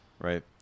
right